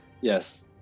yes